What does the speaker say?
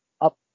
up